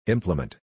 Implement